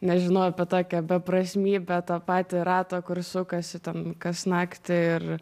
nežinojau apie tokią beprasmybę tą patį ratą kur sukasi ten kas naktį ir